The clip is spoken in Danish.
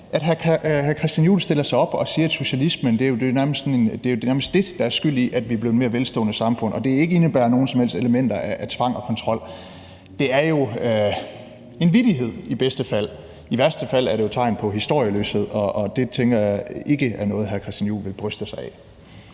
at hr. Christian Juhl stiller sig op og siger, at socialismen jo nærmest er det, der er skyld i, at vi er blevet et mere velstående samfund, og at det ikke indebærer nogen som helst elementer af tvang og kontrol, er jo en vittighed i bedste fald. I værste fald er det tegn på historieløshed, og det tænker jeg ikke er noget hr. Christian Juhl vil bryste sig af.